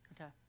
Okay